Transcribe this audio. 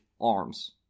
arms